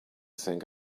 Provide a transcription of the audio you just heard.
think